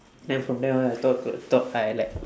then from then onwards I thought I could talk I like